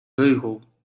beugel